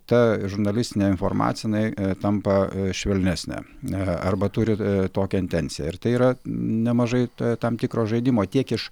ta žurnalistinė informacija jinai tampa švelnesnė a arba turi tokią intenciją ir tai yra nemažai tam tikro žaidimo tiek iš